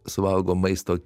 suvalgo maisto